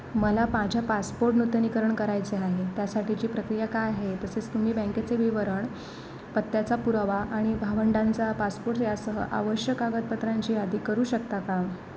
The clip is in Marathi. मला पाझ्या पासपोट नूतनीकरण करायचे आहे त्यासाठीची प्रक्रिया काय आहे तसेच तुम्ही बँकेचे विवरण पत्त्याचा पुरावा आणि भावंडांचा पासपोट यासह आवश्यक कागदपत्रांची यादी करू शकता का